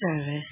Service